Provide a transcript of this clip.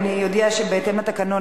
אני אודיע שבהתאם לתקנון,